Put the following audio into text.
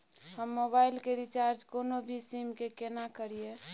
हम मोबाइल के रिचार्ज कोनो भी सीम के केना करिए?